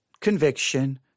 conviction